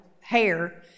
hair